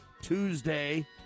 Tuesday